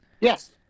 Yes